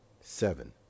Seven